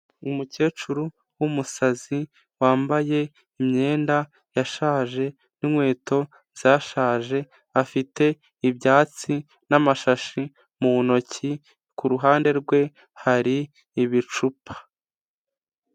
Umukecuru w'umusazi, wambaye imyenda yashaje n'inkweto zashaje, afite ibyatsi n'amashashi mu ntoki, ku ruhande rwe hari ibicupa.